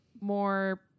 more